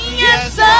yes